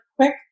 quick